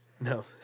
No